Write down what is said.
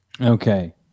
Okay